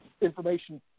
information